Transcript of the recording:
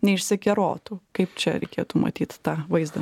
neišsikerotų kaip čia reikėtų matyt tą vaizdą